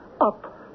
up